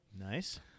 Nice